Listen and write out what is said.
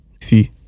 see